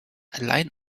allein